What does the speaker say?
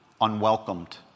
unwelcomed